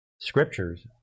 scriptures